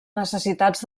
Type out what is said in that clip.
necessitats